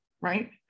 Right